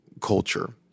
culture